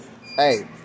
Hey